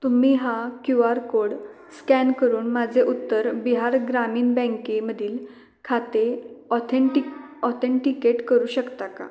तुम्ही हा QR code scan करून माझे उत्तर बिहार ग्रामीण बँकेमधील खाते ऑथेन्टिक ऑतेन्टिकेट करू शकता का